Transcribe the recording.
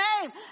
name